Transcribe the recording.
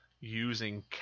Using